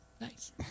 Nice